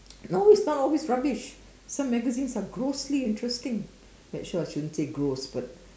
no it's not always rubbish some magazines are grossly interesting but actually I shouldn't say gross but